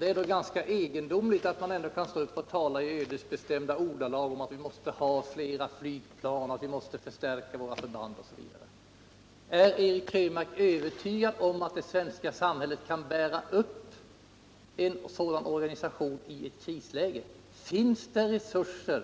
Det är då ganska egendomligt att han kan stå upp och tala i ödesbestämda ordalag om att vi måste ha flera flygplan, måste förstärka våra förband osv. Är Eric Krönmark övertygad om att det svenska samhället kan bära upp en sådan organisation i ett krisläge? Finns det resurser